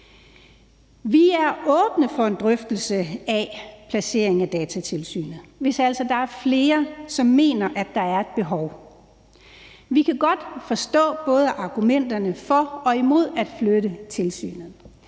Vi er åbne for en drøftelse af placeringen af Datatilsynet, hvis altså der er flere, som mener, at der er et behov. Vi kan godt forstå både argumenterne for og imod at flytte tilsynet: